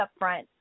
upfront